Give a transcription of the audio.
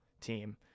team